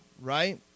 right